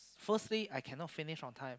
firstly I cannot finish on time